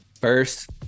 First